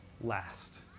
last